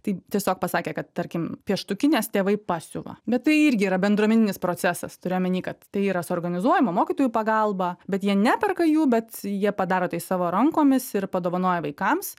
tai tiesiog pasakė kad tarkim pieštukines tėvai pasiūva bet tai irgi yra bendruomeninis procesas turiu omeny kad tai yra suorganizuojama mokytojų pagalba bet jie neperka jų bet jie padaro tai savo rankomis ir padovanoja vaikams